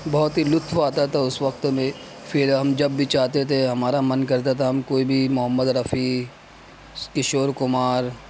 بہت ہی لطف آتا تھا اس وقت میں پھر ہم جب بھی چاہتے تھے ہمارا من کرتا تھا ہم کوئی بھی محمد رفیع کشور کمار